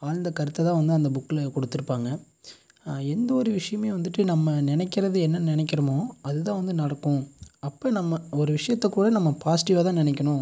ஆழ்ந்த கருத்தைதான் வந்து அந்த புக்கில் கொடுத்துருப்பாங்க எந்த ஒரு விஷயமே வந்துட்டு நம்ம நினைக்கறது என்ன நினைக்கறமோ அதுதான் வந்து நடக்கும் அப்போ நம்ம ஒரு விஷயத்தை கூட நம்ம பாசிட்டிவாக தான் நினைக்கணும்